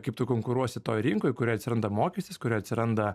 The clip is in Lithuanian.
kaip tu konkuruosi toj rinkoj kurioj atsiranda mokestis kurioj atsiranda